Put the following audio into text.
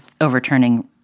overturning